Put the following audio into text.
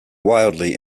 wildly